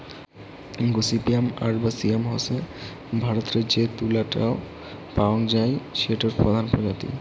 gossypium arboreum হসে ভারতরে যে তুলা টো পাওয়াং যাই সেটোর প্রধান প্রজাতি